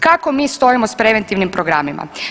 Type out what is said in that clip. Kako mi stojimo s preventivnim programima?